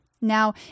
Now